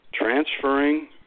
Transferring